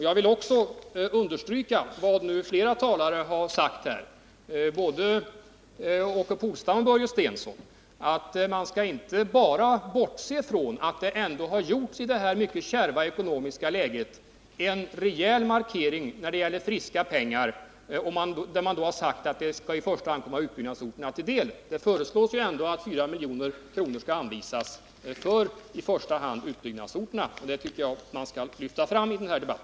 Jag vill också understryka vad både Åke Polstam och Börje Stensson nyss sagt, nämligen att man inte helt skall bortse från att det i detta kärva ekonomiska läge ändå har gjorts en rejäl markering i form av friska pengar, som föreslås i första hand komma utbyggnadsorterna till del. Det föreslås att 4 milj.kr. skall anvisas i första hand för dessa orter, och det tycker jag att man skall lyfta fram i denna debatt.